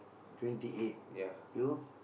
twenty eight you